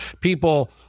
people